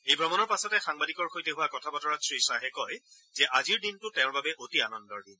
এই ভ্ৰমণৰ পাছতে সাংবাদিকৰ সৈতে হোৱা কথা বতৰাত শ্ৰীশ্বাহে কয় যে আজিৰ দিনটো তেওঁৰ বাবে অতি আনন্দৰ দিন